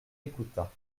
écouta